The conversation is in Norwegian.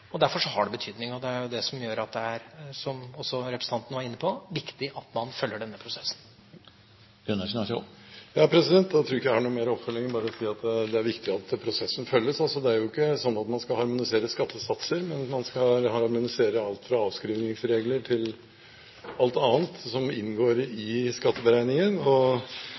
og derfor har det betydning. Det er det som gjør at det er – som også representanten var inne på – viktig at man følger denne prosessen. Da tror jeg ikke jeg har noe mer oppfølging enn bare å si at det er viktig at prosessen følges. Det er ikke sånn at man skal harmonisere skattesatser, men man skal harmonisere alt fra avskrivningsregler til alt annet som inngår i skatteberegningen. Det er sånn sett veldig viktig at Norge følger det ganske tett og